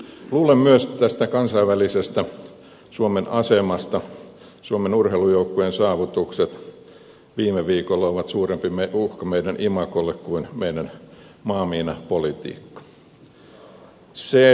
luulen myös tästä kansainvälisestä suomen asemasta että suomen urheilujoukkueen saavutukset viime viikolla ovat suurempi uhka meidän imagollemme kuin meidän maamiinapolitiikkamme